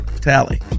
Tally